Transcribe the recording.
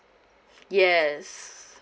yes